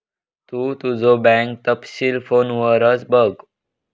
तु तुझो बँक तपशील फोनवरच बघ